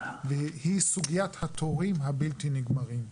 והיא סוגיית התורים הבלתי נגמרים.